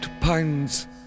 pounds